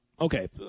Okay